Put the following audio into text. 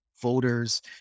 voters